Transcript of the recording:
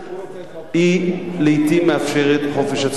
לעתים מאפשרת חופש הצבעה.